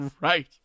Right